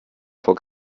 vor